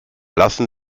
lassen